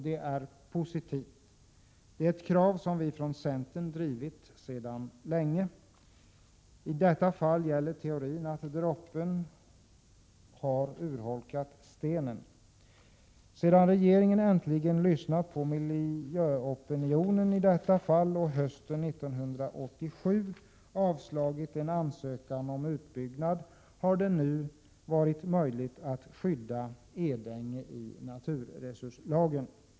Detta är positivt, eftersom det är ett krav som vi från centern drivit sedan länge. I detta fall gäller teorin om att droppen har urholkat stenen. Sedan regeringen äntligen lyssnat på miljöopinionen och hösten 1987 avslagit en ansökan om utbyggnad, har det nu varit möjligt att skydda Edänge i naturresurslagen.